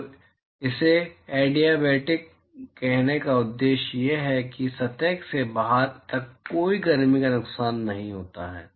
तो इसे एडिआबेटिक कहने का उद्देश्य यह है कि सतह से बाहर तक कोई गर्मी का नुकसान नहीं होता है